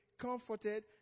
Comforted